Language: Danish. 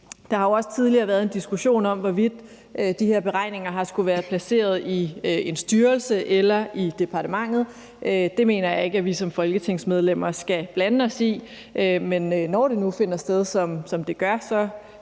Der har jo også tidligere været en diskussion om, hvorvidt de her beregninger skulle være placeret i en styrelse eller i departementet. Det mener jeg ikke at vi som folketingsmedlemmer skal blande os i, men når det nu finder sted, som det gør, så